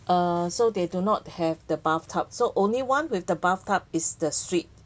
uh so they do not have the bathtub so only one with the bathtub is the suite